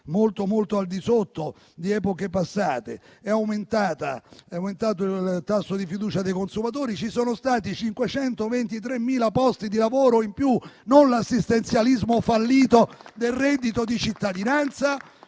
ossia molto al di sotto di epoche passate; è aumentato il tasso di fiducia dei consumatori; ci sono stati 523.000 posti di lavoro in più, quindi non l'assistenzialismo fallito del reddito di cittadinanza